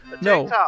No